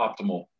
optimal